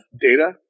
data